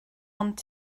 ond